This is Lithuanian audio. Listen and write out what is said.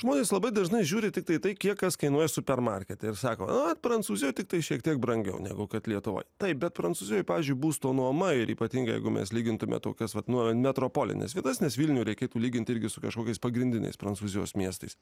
žmonės labai dažnai žiūri tiktai į tai kiek kas kainuoja super markete ir sako ot prancūzijoj tiktai šiek tiek brangiau negu kad lietuvoj taip bet prancūzijoj pavyzdžiui būsto nuoma ir ypatingai jeigu mes lygintume tokias vat nu metropolines vietas nes vilnių reikėtų lyginti irgi su kažkokiais pagrindiniais prancūzijos miestais